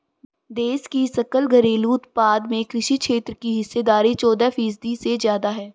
देश की सकल घरेलू उत्पाद में कृषि क्षेत्र की हिस्सेदारी चौदह फीसदी से ज्यादा है